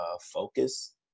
focus